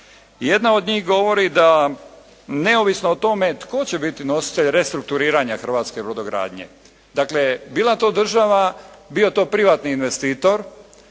Jedna od njih govori da neovisno o tome tko će biti nositelj restrukturiranja hrvatske brodogradnje, dakle bila to država, bio to privatni investitor